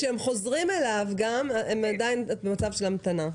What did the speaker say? גם כשהם חוזרים אליו הוא עדיין במצב של המתנה.